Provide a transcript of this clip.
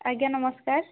ଆଜ୍ଞା ନମସ୍କାର